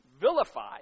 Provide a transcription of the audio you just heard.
vilified